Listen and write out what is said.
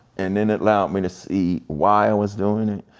and then it allowed me to see why was doing it,